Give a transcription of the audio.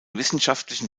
wissenschaftlichen